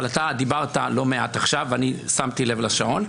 אבל אתה דיברת לא מעט עכשיו ואני שמתי לב לשעון.